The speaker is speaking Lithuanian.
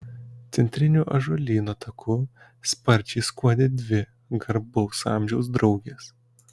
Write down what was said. centriniu ąžuolyno taku sparčiai skuodė dvi garbaus amžiaus draugės